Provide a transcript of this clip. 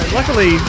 Luckily